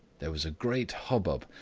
there was a great hubbub,